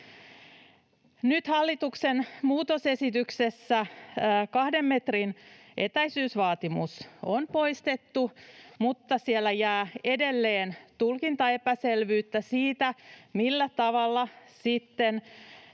Nyt hallituksen muutosesityksessä 2 metrin etäisyysvaatimus on poistettu, mutta siellä jää edelleen tulkintaepäselvyyttä siitä, millä tavalla sitten